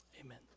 Amen